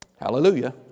Hallelujah